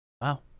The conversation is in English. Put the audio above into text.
Wow